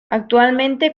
actualmente